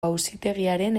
auzitegiaren